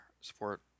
support